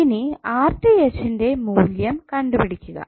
ഇനി ന്റെ മൂല്യം കണ്ടുപിടിക്കുക